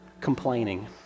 complaining